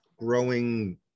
growing